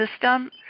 system